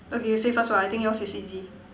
okay you say first !wah! I think yours is easy